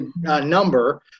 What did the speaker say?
number